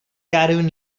caravan